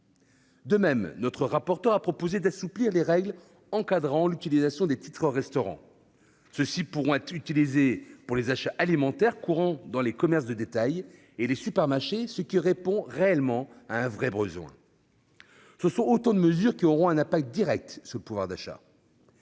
De même, notre rapporteur a proposé d'assouplir les règles encadrant l'utilisation des titres-restaurant. Ceux-ci pourront être utilisés pour les achats alimentaires courants dans les commerces de détail et les supermarchés, ce qui répond à un vrai besoin. Ce sont autant de mesures qui auront un effet direct sur le pouvoir d'achat.